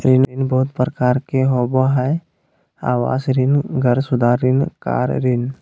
ऋण बहुत प्रकार के होबा हइ आवास ऋण, घर सुधार ऋण, कार ऋण